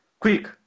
Quick